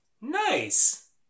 nice